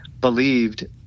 believed